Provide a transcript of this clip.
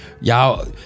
Y'all